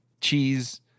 cheese